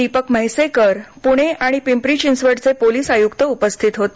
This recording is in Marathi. दीपक म्हैसेकर पुणे आणि र्पिंपरी चिंचवडचे पोलीस आयुक्त उपस्थित होते